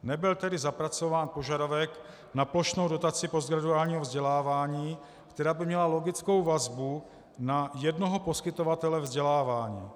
Nebyl tedy zapracován požadavek na plošnou dotaci postgraduálního vzdělávání, která by měla logickou vazbu na jednoho poskytovatele vzdělávání.